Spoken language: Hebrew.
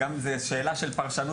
גם זה שאלה של פרשנות,